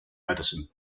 medicine